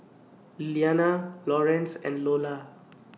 Lilliana Lorenz and Iola